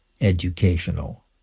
educational